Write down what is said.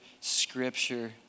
scripture